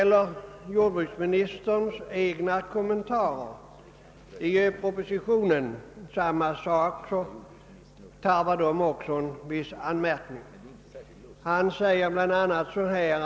Jordbruksministerns egna kommentarer i propositionen tarvar också vissa anmärkningar. Jordbruksministern säger bla.